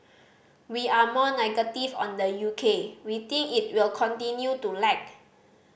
we are more negative on the U K we think it will continue to lag